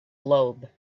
globe